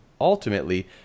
ultimately